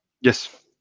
Yes